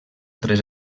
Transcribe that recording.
tres